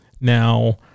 Now